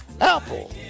Apple